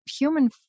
human